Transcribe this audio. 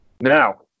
Now